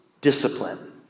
discipline